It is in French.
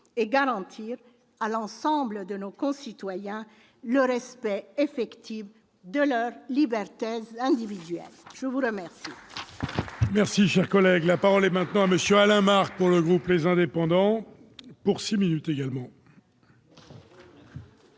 et garantir à l'ensemble de nos concitoyens le respect effectif de leurs libertés individuelles. La parole